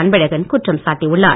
அன்பழகன் குற்றம் சாட்டியுள்ளார்